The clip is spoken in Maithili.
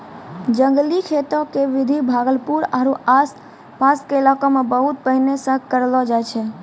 जंगली खेती के विधि भागलपुर आरो आस पास के इलाका मॅ बहुत पहिने सॅ करलो जाय छै